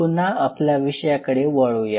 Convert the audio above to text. पुनः आपल्या विषयाकडे वळूया